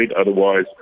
otherwise